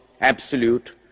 absolute